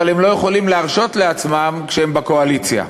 אבל הם לא יכולים להרשות את זה לעצמם כשהם בקואליציה.